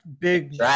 big